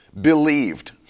believed